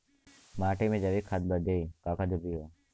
माटी में जैविक खाद बदे का का जरूरी ह?